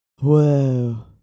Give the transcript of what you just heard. Whoa